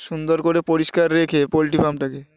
সুন্দর করে পরিষ্কার রেখে পোলট্রি ফার্মটাকে